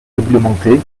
réglementées